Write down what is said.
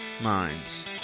minds